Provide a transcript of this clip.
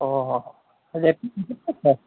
অ'